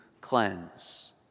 cleanse